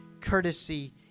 courtesy